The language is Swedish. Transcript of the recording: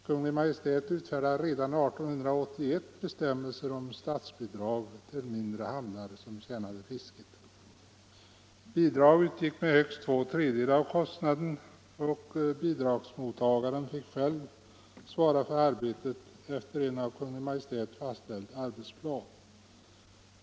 Kungl. Maj:t utfärdade redan år 1881 bestämmelser om statsbidrag till mindre hamnar som tjänade fisket. Bidrag utgick med högst två tredjedelar av kostnaden, och bidragsmottagaren fick själv svara för arbetet efter en av Kungl. Maj:t fastställd arbetsplan.